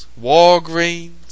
Walgreens